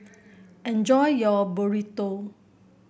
enjoy your Burrito